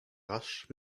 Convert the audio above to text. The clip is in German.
rasch